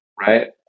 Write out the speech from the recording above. Right